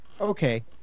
okay